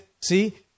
see